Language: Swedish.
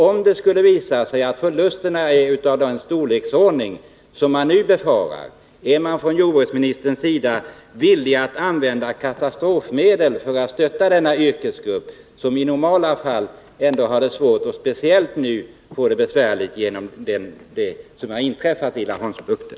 Om det skulle visa sig att förlusterna är av den storleksordning som man nu befarar, är då jordbruksministern villig att använda katastrofmedel för att stötta denna yrkesgrupp som redan i normala fall har det svårt och som nu får det särskilt besvärligt på grund av det som inträffat i Laholmsbukten?